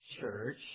church